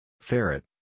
Ferret